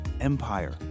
empire